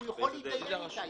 הוא יכול להתדיין איתה.